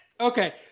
Okay